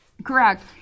Correct